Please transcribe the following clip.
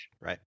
right